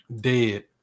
dead